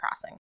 Crossing